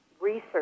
research